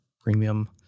premium